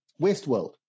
Westworld